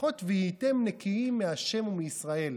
לפחות "והייתם נקיים מה' ומישראל".